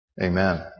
Amen